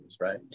Right